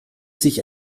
sich